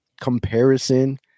comparison